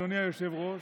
אדוני היושב-ראש,